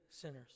sinners